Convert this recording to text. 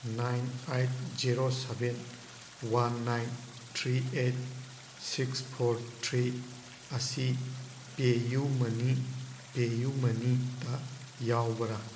nine eight zero seven one nine three eight six four three ꯑꯁꯤ ꯄꯦ ꯌꯨ ꯃꯅꯤ ꯄꯦ ꯌꯨ ꯃꯅꯤ ꯗ ꯌꯥꯎꯕ꯭ꯔꯥ